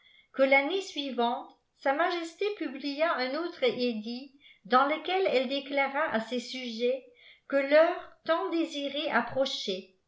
que tannée suivante sa majesté publia un autre édit dans lequel elle déclara à ses sujets que l'heure tant désifée